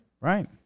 Right